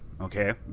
okay